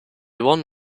one